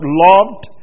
loved